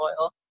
oil